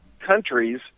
countries